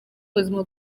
ubuzima